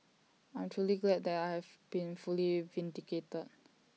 I'm truly glad that I have been fully vindicated